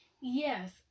Yes